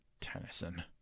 Tennyson